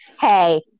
hey